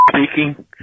Speaking